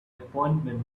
appointment